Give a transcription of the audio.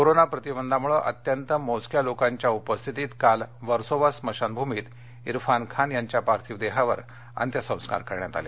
corona प्रतिबंधांमुळे अत्यंत मोजक्या लोकांच्या उपस्थितीत काल वर्सोवा स्मशानभूमीत इरफान खान यांच्या पार्थिव देहावर अंत्यसंस्कार करण्यात आले